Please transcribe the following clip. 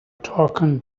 talking